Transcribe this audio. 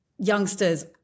youngsters